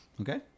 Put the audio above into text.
Okay